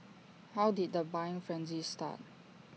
how did the buying frenzy start